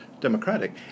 Democratic